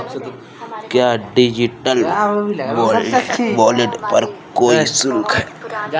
क्या digital wallet पर कोई शुल्क है?